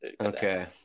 Okay